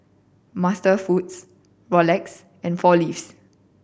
MasterFoods Rolex and Four Leaves